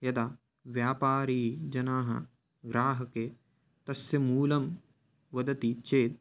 यदा व्यापारी जनाः ग्राहके तस्य मूलं वदति चेत्